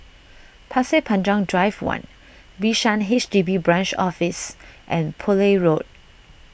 Pasir Panjang Drive one Bishan H D B Branch Office and Poole Road